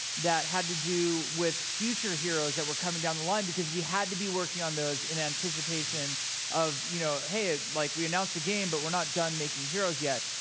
that had to do with future heroes that were coming down the line, because we had to be working on those in anticipation of, you know, hey, like we announced the game, but we're not done making heroes yet.